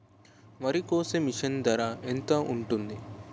వరి కోసే మిషన్ ధర ఎంత ఉంటుంది?